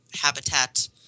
habitat